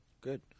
Good